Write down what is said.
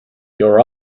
your